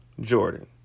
Jordan